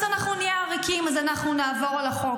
אז אנחנו נהיה עריקים, אז אנחנו נעבור על החוק.